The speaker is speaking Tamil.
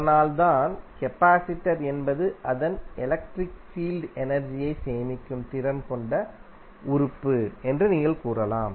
அதனால்தான் கெபாசிடர் என்பது அதன் எலக்ட்ரிக் ஃபீல்டில் எனர்ஜியை சேமிக்கும் திறன் கொண்ட உறுப்பு என்று நீங்கள் கூறலாம்